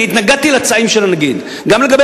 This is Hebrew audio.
אני התנגדתי לצעדים של הנגיד גם לגבי